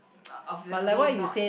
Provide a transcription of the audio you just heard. but obviously not